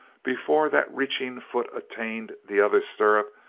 before that reaching foot attained the other stirrup,